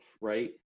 right